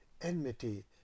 enmity